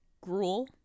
Gruel